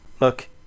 look